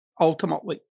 ultimately